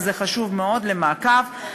שזה חשוב מאוד למעקב,